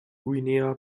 guinea